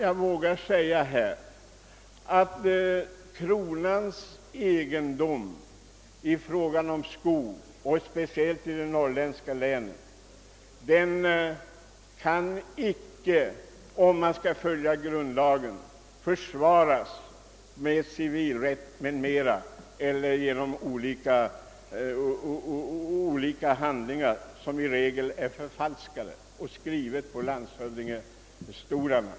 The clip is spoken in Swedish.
Jag vågar säga att kronans egendom när det gäller skog — speciellt i de norrländska länen — kan icke, om man skall följa grundlagen, försvaras genom hänvisningar till civilrätt eller genom hänvisning till olika handlingar som i regel är förfalskade och har skrivits av dem som suttit på landshövdingestolarna.